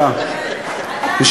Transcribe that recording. האינטונציה אפילו אתה לא מאמין לעצמך.